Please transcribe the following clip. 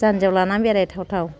जान्जियाव लाना बेराय थावथाव